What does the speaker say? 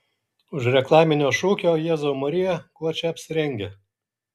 už reklaminio šūkio jėzau marija kuo čia apsirengę